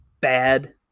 bad